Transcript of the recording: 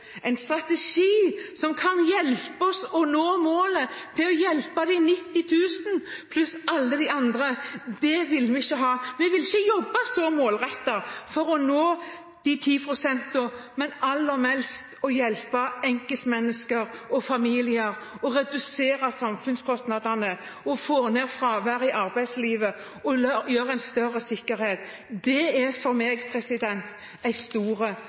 en strategi som kan hjelpe oss med å nå målet om å hjelpe de 90 000 pluss alle de andre, vil vi ikke ha, og vi vil ikke jobbe så målrettet for å nå de 10 prosentene, men aller mest for å hjelpe enkeltmennesker og familier, eller for å redusere samfunnskostnadene, få ned fraværet i arbeidslivet og skape en større sikkerhet. Det er for meg